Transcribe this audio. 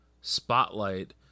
spotlight